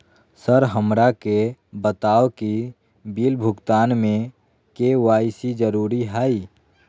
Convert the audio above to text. Sir हमरा के बताओ कि बिल भुगतान में के.वाई.सी जरूरी हाई?